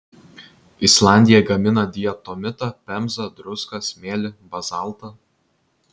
islandija gamina diatomitą pemzą druską smėlį bazaltą